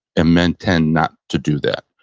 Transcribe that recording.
and men tend not to do that.